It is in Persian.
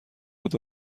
بود